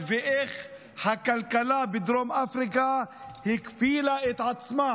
ואיך הכלכלה בדרום אפריקה הכפילה את עצמה.